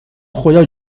خدا